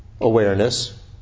awareness